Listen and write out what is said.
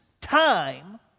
time